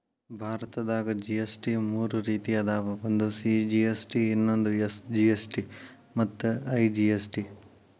ಭಾರತದಾಗ ಜಿ.ಎಸ್.ಟಿ ಮೂರ ರೇತಿ ಅದಾವ ಒಂದು ಸಿ.ಜಿ.ಎಸ್.ಟಿ ಇನ್ನೊಂದು ಎಸ್.ಜಿ.ಎಸ್.ಟಿ ಮತ್ತ ಐ.ಜಿ.ಎಸ್.ಟಿ